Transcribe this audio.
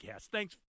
Thanks